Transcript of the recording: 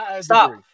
stop